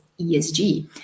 ESG